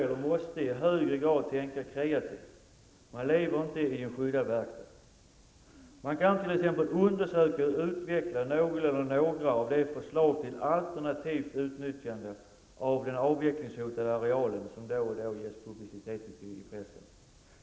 LRF måste i högre grad tänka kreativt, man lever inte i en skyddad verkstad. Man kan t.ex. undersöka och utveckla något eller några av de förslag till alternativt utnyttjande av den avvecklingshotande arealen som då och då ges publicitet i pressen.